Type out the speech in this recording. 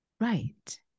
Right